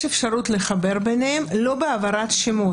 יש אפשרות לחבר ביניהם, לא בהעברת שמות.